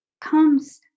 comes